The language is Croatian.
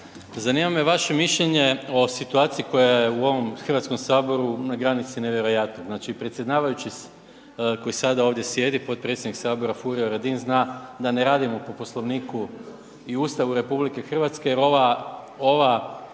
zanima me vaše mišljenje o situaciji koja je u ovom HS na granici nevjerojatnog. Znači predsjedavajući koji sada ovdje sjedi, potpredsjednik sabora Furio Radin zna da ne radimo po Poslovniku i Ustavu RH jer ova,